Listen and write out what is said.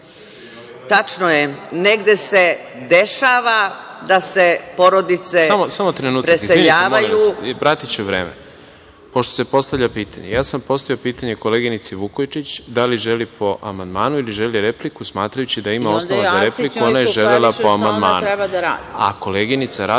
Tačno je, negde se dešava da se porodice preseljavaju…(Veroljub